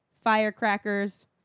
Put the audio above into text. firecrackers